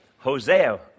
Hosea